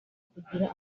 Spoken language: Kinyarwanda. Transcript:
kugira